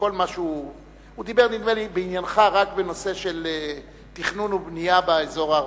הוא דיבר נדמה לי בעניינך רק בנושא של תכנון ובנייה באזור הערבי,